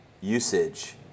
usage